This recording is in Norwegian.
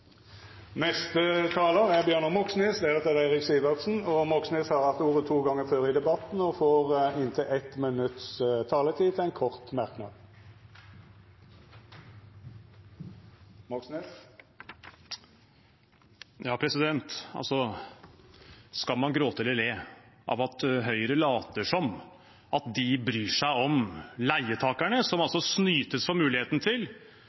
Bjørnar Moxnes har hatt ordet to gonger tidlegare og får ordet til ein kort merknad, avgrensa til 1 minutt. Skal man gråte eller le av Høyre, som later som om de bryr seg om leietakerne, som snytes for muligheten til